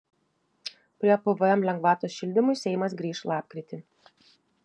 prie pvm lengvatos šildymui seimas grįš lapkritį